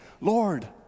Lord